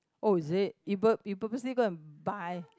oh is it you pur~ purposely go and buy